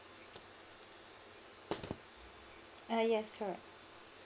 ah yes correct